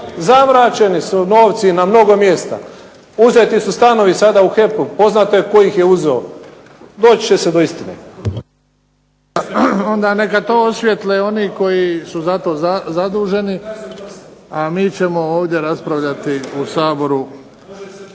Zamračeni su novci na mnogo mjesta. Uzeti su stanovi sada u HEP-u poznato je tko ih je uzeo. Doći će se do Istre. **Bebić, Luka (HDZ)** Dobro, onda neka osvijetle to oni koji su zato zaduženi, a mi ćemo ovdje raspravljati u Saboru.